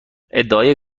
ادعای